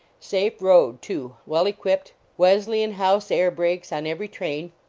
safe road, too well equipped wesleyanhouse air brakes on every train.